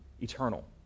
eternal